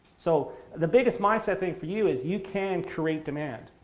so the biggest mindset thing for you is you can create demand.